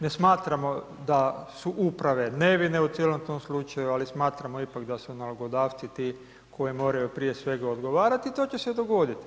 Ne smatramo su uprave nevine u cijelom tom slučaju, ali smatramo ipak da su nalogodavci ti koji moraju prije svega odgovarati i to će se dogoditi.